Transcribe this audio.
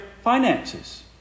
finances